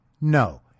No